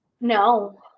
no